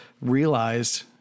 realized